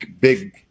big